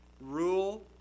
Rule